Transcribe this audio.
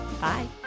Bye